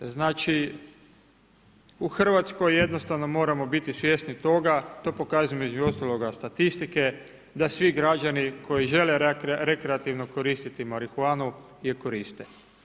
Znači u Hrvatskoj jednostavno moramo biti svjesni toga, to pokazuje između ostaloga statistike, da svi građani koji žele rekreativno koristiti marihuanu, je koriste.